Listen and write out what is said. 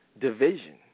division